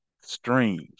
streams